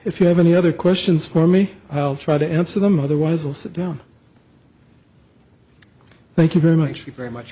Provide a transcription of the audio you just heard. if you have any other questions for me i'll try to answer them otherwise i'll sit down thank you very much very much